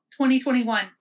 2021